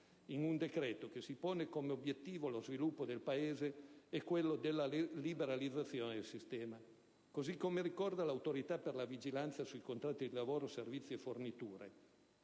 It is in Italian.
in un decreto che si pone come obiettivo lo sviluppo del Paese è quello della liberalizzazione del sistema. Così come ricorda l'Autorità per la vigilanza sui contratti di lavoro, servizi e forniture